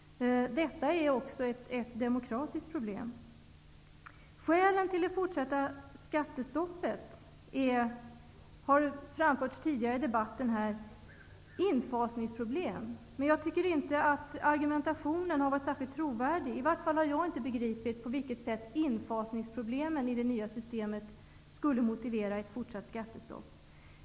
Detta är också ett demokratiskt problem. Skälen till det fortsatta skattestoppet är, som redan framförts tidigare i debatten, infasningsproblem. Men jag tycker inte att argumentationen har varit särskilt trovärdig, i varje fall har inte jag begripit på vilket sätt infasningsproblemen i det nya systemet skulle motivera ett fortsatt skattestopp.